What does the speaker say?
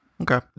Okay